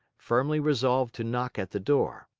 firmly resolved to knock at the door.